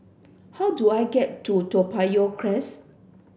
how do I get to Toa Payoh Crest